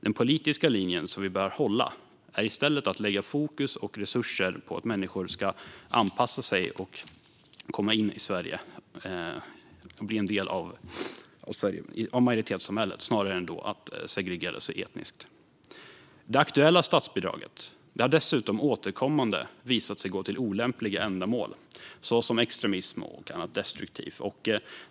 Den politiska linje som vi bör hålla är att i stället lägga fokus och resurser på att människor ska anpassa sig, komma in i Sverige och bli en del av majoritetssamhället snarare än segregera sig etniskt. Det aktuella statsbidraget har dessutom återkommande visat sig gå till olämpliga ändamål, såsom extremism och annat destruktivt.